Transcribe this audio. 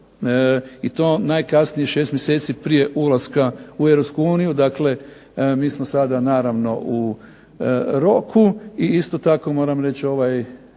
i to najkasnije 6 mjeseci prije ulaska u Europsku uniju, dakle mi smo sada naravno u roku, i isto tako moram reći ovaj